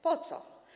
Po co?